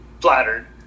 flattered